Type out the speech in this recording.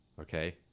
Okay